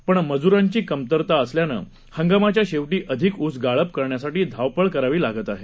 पणमजुरांचीकमतरताअसल्यानंहंगामाच्याशेवटीअधिकऊसगाळपकरण्यासाठीधावपळकरावीलागतआहे